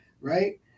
right